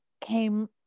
came